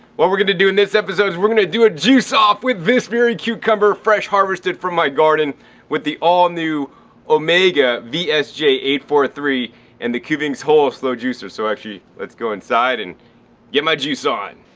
what we're gonna do in this episode is we're gonna do a juice off with this very cucumber, fresh harvested from my garden with the all new omega v s j eight four three and the kuvings whole slow juicer. so actually, let's go inside and get my juice on.